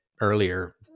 earlier